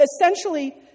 Essentially